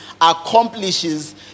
Accomplishes